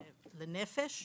לנפש.